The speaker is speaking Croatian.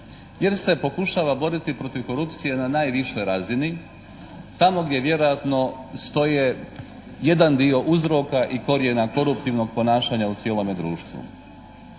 jer se pokušava boriti protiv korupcije na najvišoj razini, tamo gdje vjerojatno stoje jedan dio uzroka i korijena koruptivnog ponašanja u cijelome društvu.